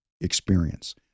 experience